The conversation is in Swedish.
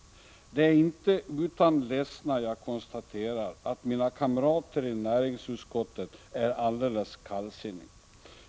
Det är inte utan ledsnad jag konstaterar, att mina kamrater i näringsutskottet är alldeles kallsinniga.